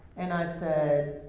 and i said,